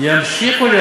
ימשיכו,